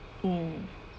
mm